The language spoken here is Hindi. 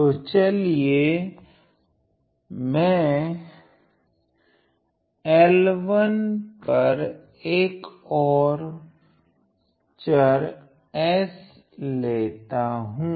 तो चलिए मैं L1 पर एक ओर चर s लेता हूँ